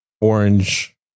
orange